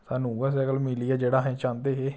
सानूं उ'ऐ सैकल मिली गेआ जेह्ड़ा अस चांह्दे हे